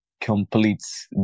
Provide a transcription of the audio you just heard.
completes